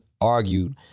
argued